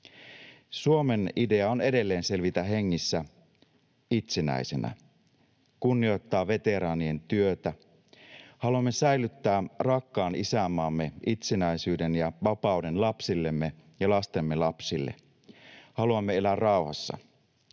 Suomen idea on edelleen selvitä hengissä itsenäisenä, kunnioittaa veteraanien työtä. Haluamme säilyttää rakkaan isänmaamme itsenäisyyden ja vapauden lapsillemme ja lastemme lapsille. Haluamme elää rauhassa.